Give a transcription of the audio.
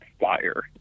fire